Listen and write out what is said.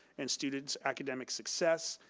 and student's academic success,